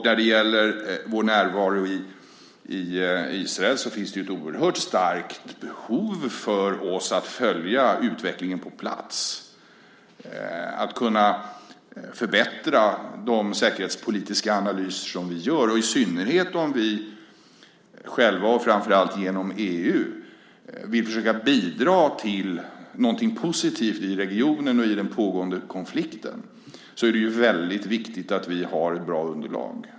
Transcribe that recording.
När det gäller vår närvaro i Israel finns det ett oerhört starkt behov för oss att följa utvecklingen på plats för att kunna förbättra de säkerhetspolitiska analyser som vi gör. Att vi har ett bra underlag är mycket viktigt i synnerhet om vi själva, och framför allt genom EU, vill försöka bidra till något positivt i regionen och i den pågående konflikten.